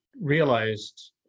realized